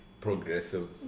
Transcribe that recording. progressive